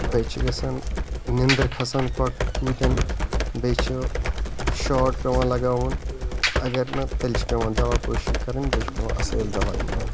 بیٚیہٕ چھُ گَژھان نِنٛدٕر کھَسان کۄکر پوٗتیٚن بیٚیہٕ چھُ شارٹ پیٚوان لَگاوُن اَگَر نہٕ تیٚلہِ چھِ پیٚوان دَوا پٲشی کَرٕنۍ بیٚیہٕ چھُ پیٚوان اصٕل دَوا یِمَن